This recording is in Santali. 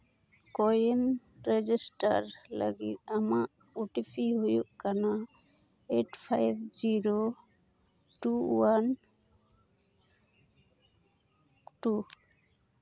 ᱠᱳᱭᱮᱱ ᱨᱮᱡᱤᱥᱴᱟᱨ ᱞᱟᱹᱜᱤᱫ ᱟᱢᱟᱜ ᱳᱴᱤᱯᱤ ᱦᱩᱭᱩᱜ ᱠᱟᱱᱟ eight five zero two one two